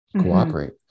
cooperate